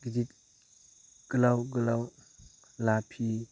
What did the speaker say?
गिदिर गोलाव गोलाव लाफि